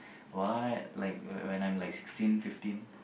what like when I'm like sixteen fifteen